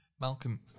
malcolm